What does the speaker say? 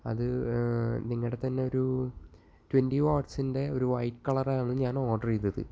അത് അത് നിങ്ങളുടെ തന്നെയൊരു ട്വൻറ്റി വാട്ട്സിന്റെ ഒരു വൈറ്റ് കളറായിരുന്നു ഞാൻ ഓർഡർ ചെയ്തത്